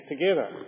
together